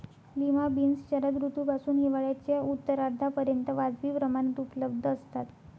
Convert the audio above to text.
lima beans शरद ऋतूपासून हिवाळ्याच्या उत्तरार्धापर्यंत वाजवी प्रमाणात उपलब्ध असतात